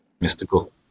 mystical